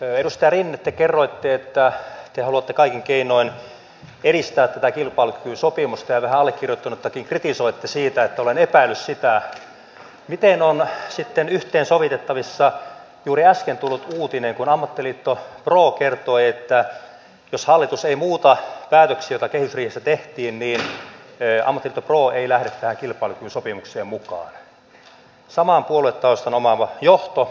edustaja rinne te kerroitte että te haluatte kaikin keinoin edistää tätä kilpailukykysopimusta ja vähän allekirjoittanuttakin kritisoitte siitä että olen epäillyt sitä miten on sitten yhteensovitettavissa juuri äsken tullut uutinen kun ammattiliitto pro kertoi että jos hallitus ei muuta päätöksiä joita kehysriihessä tehtiin niin ammattiliitto pro ei lähde tähän kilpailukykysopimukseen mukaan saman puoluetaustan omaava johto